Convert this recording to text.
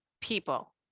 people